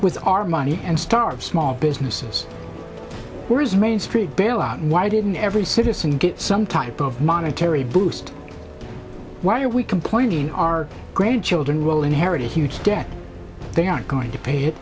with our money and start small businesses whose main street bailout why didn't every citizen get some type of monetary boost why are we complained in our grandchildren will inherit huge debt they aren't going to pay it